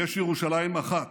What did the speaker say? יש ירושלים אחת".